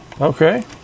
okay